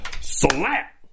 slap